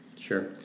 Sure